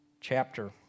chapter